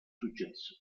successo